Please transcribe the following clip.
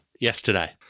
yesterday